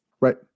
Right